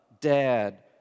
dad